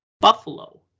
Buffalo